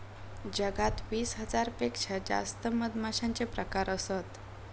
जगात वीस हजार पेक्षा जास्त मधमाश्यांचे प्रकार असत